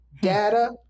data